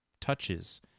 touches—